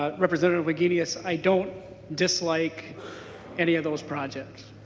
ah representative wagenius i don't dislike any of those projects.